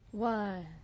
One